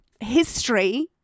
history